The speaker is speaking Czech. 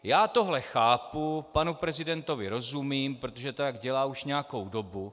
Já tohle chápu, panu prezidentovi rozumím, protože to tak dělá už nějakou dobu.